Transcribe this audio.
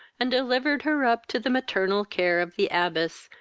and delivered her up to the maternal care of the abbess,